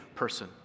person